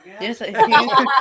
yes